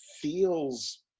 feels